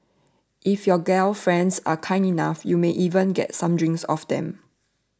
if your gal friends are kind enough you may even get some drinks off them